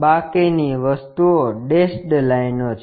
બાકીની વસ્તુઓ ડેશ્ડ લાઇનો છે